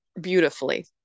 beautifully